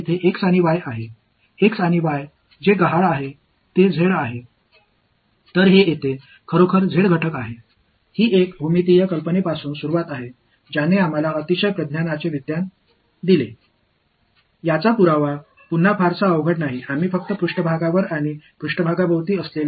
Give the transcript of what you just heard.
ஒவ்வொரு கூறுகளிலும் இயல்பானவற்றுடன் பொதுவான மேற்பரப்பு நோக்குநிலை இருந்தால் நீங்கள் மூன்று கூறுகளையும் பெறுவீர்கள்